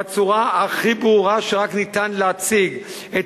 בצורה הכי ברורה שרק ניתן להציג בה,